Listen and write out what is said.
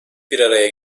biraraya